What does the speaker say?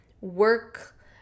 work